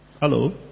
Hello